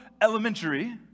elementary